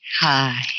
Hi